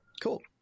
Cool